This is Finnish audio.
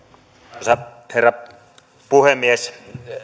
arvoisa herra puhemies